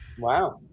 Wow